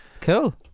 Cool